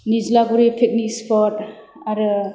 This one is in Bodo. निज्लागुरि पिकनिक स्पट आरो